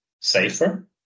safer